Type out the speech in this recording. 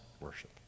worship